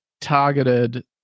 targeted